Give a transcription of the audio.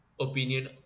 opinion